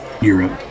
Europe